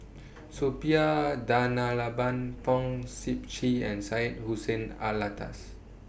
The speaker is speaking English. Suppiah Fong Sip Chee and Syed Hussein Alatas